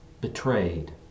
betrayed